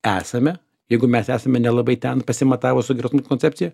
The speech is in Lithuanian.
esame jeigu mes esame nelabai ten pasimatavus su geros mk koncepcija